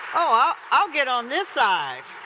ah i'll get on this side.